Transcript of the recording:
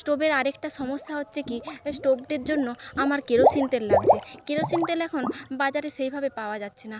স্টোভের আরেকটা সমস্যা হচ্ছে কি স্টোভটির জন্য আমার কেরোসিন তেল লাগছে কেরোসিন তেল এখন বাজারে সেই ভাবে পাওয়া যাচ্ছে না